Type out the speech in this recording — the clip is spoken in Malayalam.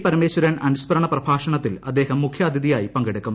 പരമേശ്വരൻ അനുസ്മരണ പ്രഭാഷണത്തിൽ അദ്ദേഹം മുഖ്യാതിഥിയായി പങ്കെടുക്കും